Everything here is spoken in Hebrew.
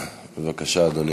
בבקשה, אדוני.